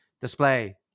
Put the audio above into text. display